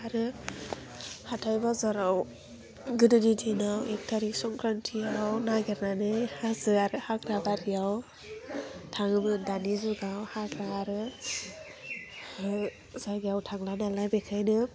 आरो हाथाइ बाजाराव गोदोनि दिनाव एक थारिक संक्रान्तियाव नागेरनानै हाजो आरो हाग्रा बारियाव थाङोमोन दानि जुगाव हाग्रा आरो हो जायगायाव थांला नालाय बेखायनो